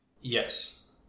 Yes